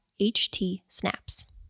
HTSnaps